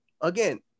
again